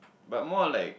but more like